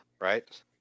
right